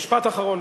משפט אחרון.